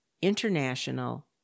international